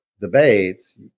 debates